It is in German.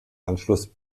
anschluss